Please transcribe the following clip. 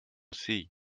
see